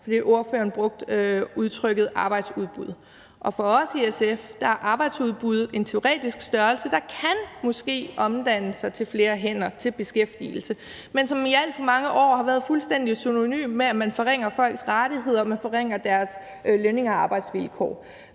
fordi ordføreren brugte udtrykket arbejdsudbud. For os i SF er arbejdsudbud en teoretisk størrelse, der måske kan omdannes til flere hænder, til beskæftigelse, men som i alt for mange år har været fuldstændig synonymt med, at man forringer folks rettigheder, forringer deres lønninger og arbejdsvilkår.